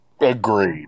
Agreed